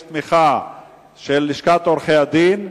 יש תמיכה של לשכת עורכי-הדין,